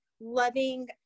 loving